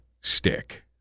Stick